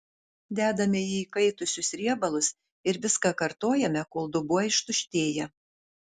dedame į įkaitusius riebalus ir viską kartojame kol dubuo ištuštėja